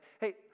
hey